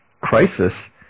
crisis